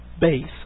Base